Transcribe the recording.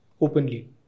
openly